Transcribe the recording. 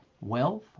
Wealth